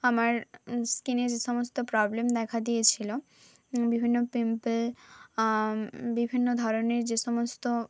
আমার স্কিনে যে সমস্ত প্রবলেম দেখা দিয়েছিল বিভিন্ন পিম্পল বিভিন্ন ধরনের যে সমস্ত